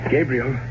Gabriel